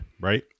right